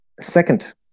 Second